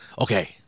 okay